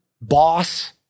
boss